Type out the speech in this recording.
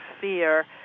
fear